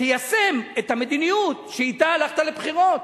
תיישם את המדיניות שאִתה הלכת לבחירות,